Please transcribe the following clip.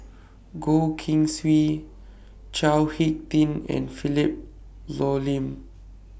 Goh Keng Swee Chao Hick Tin and Philip Hoalim